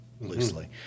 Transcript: loosely